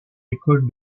école